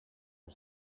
are